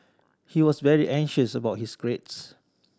he was very anxious about his grades